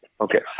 Okay